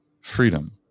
freedom